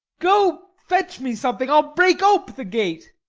go fetch me something i'll break ope the gate.